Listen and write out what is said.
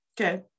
Okay